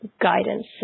guidance